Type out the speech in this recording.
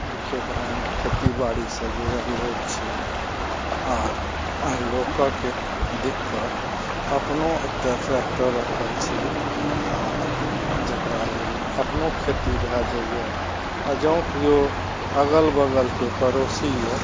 देखियौक हम खेती बाड़ीसऽ जुड़ल लोक छी आर लोकके दिक्कत अपनो एकटा ट्रैक्टर रखने छी आ जेकरा लेल अपनो खेती भए जाइए आ जौं केओ अगल बगलके पड़ोसी अछि